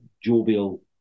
jovial